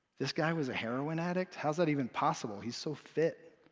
this guy was a heroin addict? how's that even possible? he's so fit.